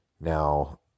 Now